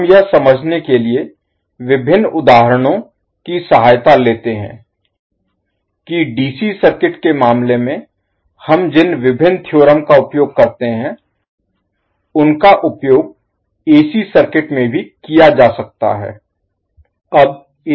हम यह समझने के लिए विभिन्न उदाहरणों की सहायता लेते हैं कि डीसी सर्किट के मामले में हम जिन विभिन्न थ्योरम का उपयोग करते हैं उनका उपयोग एसी सर्किट में भी किया जा सकता है